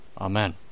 Amen